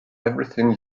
everything